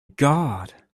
guard